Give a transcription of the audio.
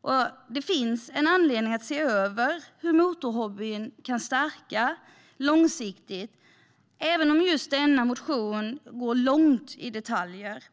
och det finns en anledning att se över hur motorhobbyn kan stärka långsiktigt, även om just denna motion går långt in i detaljer.